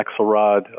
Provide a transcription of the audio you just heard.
Axelrod